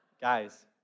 Guys